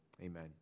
amen